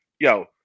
Yo